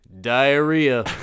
diarrhea